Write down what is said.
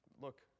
look